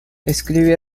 escribe